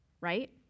right